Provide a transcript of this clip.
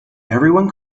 everyone